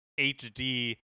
HD